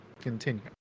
continue